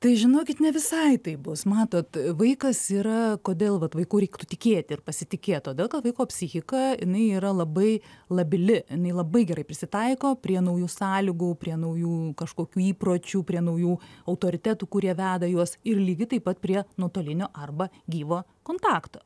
tai žinokit ne visai taip bus matot vaikas yra kodėl vat vaiku reiktų tikėti ir pasitikėti todėl kad vaiko psichika jinai yra labai labili jinai labai gerai prisitaiko prie naujų sąlygų prie naujų kažkokių įpročių prie naujų autoritetų kurie veda juos ir lygiai taip pat prie nuotolinio arba gyvo kontakto